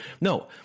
no